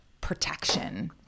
protection